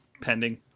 pending